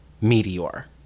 meteor